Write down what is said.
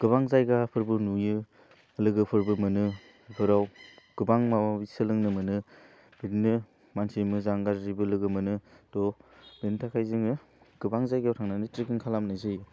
गोबां जायगाफोरबो नुयो लोगोफोरबो मोनो फोराव गोबां माबा माबि सोलोंनो मोनो बिदिनो मानसि मोजां गाज्रिबो लोगो मोनो थह बिनि थाखाय जोङो गोबां जायगायाव थांनानै ट्रेकिं खालामनाय जायो